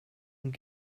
und